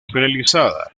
finalizada